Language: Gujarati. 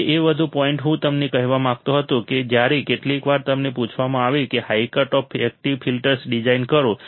હવે એક વધુ પોઇન્ટ હું તમને કહેવા માંગતો હતો કે જ્યારે કેટલીકવાર તમને પૂછવામાં આવે છે કે high cutoff active filters design કરો